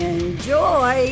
Enjoy